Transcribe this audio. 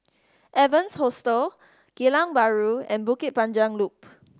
Evans Hostel Geylang Bahru and Bukit Panjang Loop